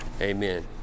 amen